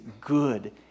good